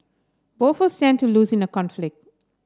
both'll stand to lose in a conflict